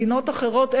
מדינות אחרות,